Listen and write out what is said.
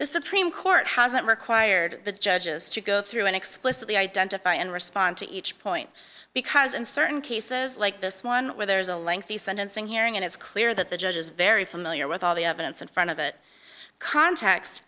the supreme court hasn't required the judges to go through and explicitly identify and respond to each point because in certain cases like this one where there is a lengthy sentencing hearing and it's clear that the judge is very familiar with all the evidence in front of it cont